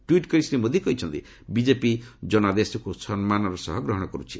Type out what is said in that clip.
tweet କରି ଶ୍ରୀ ମୋଦି କହିଛନ୍ତି BJP ଜନାଦେଶକୁ ସମ୍ମାନର ସହ ଗ୍ରହଣ କର୍ଚ୍ଛି